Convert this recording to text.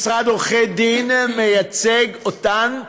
משרד עורכי דין מייצג אותם?